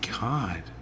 God